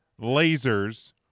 lasers